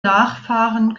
nachfahren